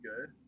good